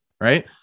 right